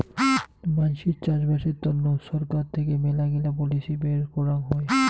মানসির চাষবাসের তন্ন ছরকার থেকে মেলাগিলা পলিসি বের করাং হই